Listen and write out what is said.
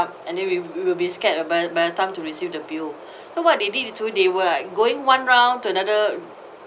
and then we will be scared by by the time to receive the bill so what they did to they were like going one round to another